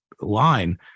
line